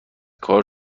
کار